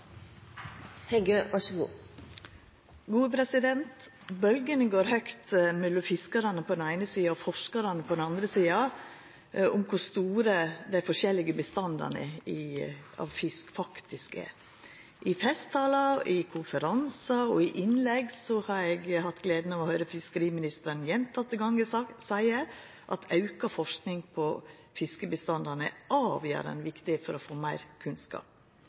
går høgt mellom fiskarane på den eine sida og forskarane på den andre om kor store dei forskjellige bestandane av fisk faktisk er. I festtalar, i konferansar og i innlegg har eg hatt gleda av å høyra fiskeriministeren fleire gonger seia at auka forsking på fiskebestandane er avgjerande viktig for å få meir kunnskap.